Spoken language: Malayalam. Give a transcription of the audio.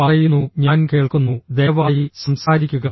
പറയുന്നു ഞാൻ കേൾക്കുന്നു ദയവായി സംസാരിക്കുക